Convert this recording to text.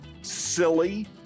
silly